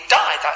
die